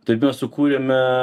taip mes sukūrėme